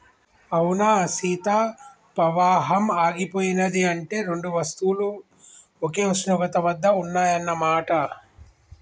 అవునా సీత పవాహం ఆగిపోయినది అంటే రెండు వస్తువులు ఒకే ఉష్ణోగ్రత వద్ద ఉన్నాయన్న మాట